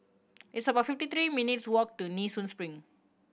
it's about fifty three minutes' walk to Nee Soon Spring